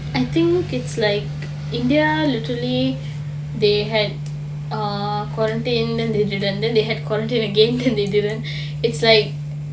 I think it's like india literally they had a quarantin~ then they had quarantine again then they didn't is like